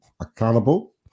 accountable